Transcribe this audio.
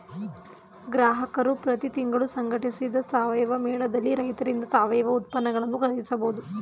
ಗ್ರಾಹಕರು ಪ್ರತಿ ತಿಂಗಳು ಸಂಘಟಿಸಿದ ಸಾವಯವ ಮೇಳದಲ್ಲಿ ರೈತರಿಂದ ಸಾವಯವ ಉತ್ಪನ್ನಗಳನ್ನು ಖರೀದಿಸಬಹುದು